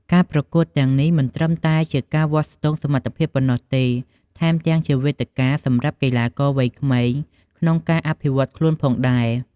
ការប្រកួតទាំងនេះមិនត្រឹមតែជាការវាស់ស្ទង់សមត្ថភាពប៉ុណ្ណោះទេ ថែមទាំងជាវេទិកាសម្រាប់កីឡាករវ័យក្មេងក្នុងការអភិវឌ្ឍខ្លួនផងដែរ។